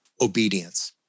obedience